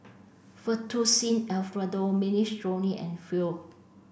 Fettuccine Alfredo Minestrone and Pho